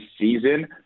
season